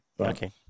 Okay